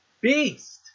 beast